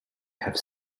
have